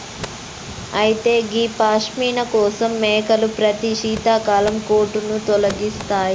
అయితే గీ పష్మిన కోసం మేకలు ప్రతి శీతాకాలం కోటును తొలగిస్తాయి